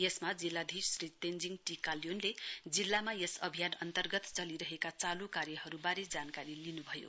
यसमा जिल्लाधीश श्री तेञ्जिङ टी काल्योनल जिल्लामा यस अभियान अन्तर्गत चलिरहेका चाल् कार्यहरुवारे जानकारी लिनुभयो